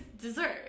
dessert